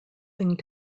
thing